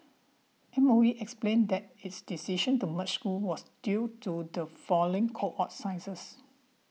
M O E explained that its decision to merge school was due to the falling cohort sciences